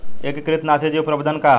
एकीकृत नाशी जीव प्रबंधन का ह?